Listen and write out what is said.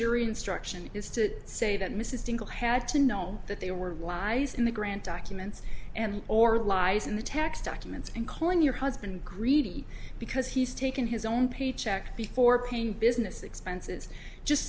jury instruction is to say that mrs dingle had to know that they were lies in the grand documents and or lies in the tax documents and calling your husband greedy because he's taken his own paycheck before paying business expenses just